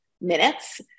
minutes